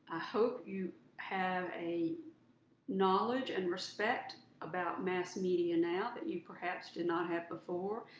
ah hope you have a knowledge and respect about mass media now that you perhaps did not have before.